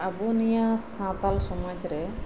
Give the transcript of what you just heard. ᱟᱵᱩ ᱱᱤᱭᱟᱹ ᱥᱟᱱᱛᱟᱞ ᱥᱚᱢᱟᱡ ᱨᱮ